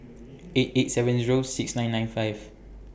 eight eight seven Zero six nine nine five